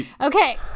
Okay